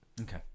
Okay